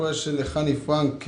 תני פרנק,